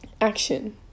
Action